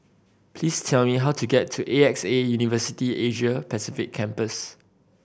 please tell me how to get to A X A University Asia Pacific Campus